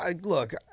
Look